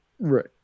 Right